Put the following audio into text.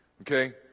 Okay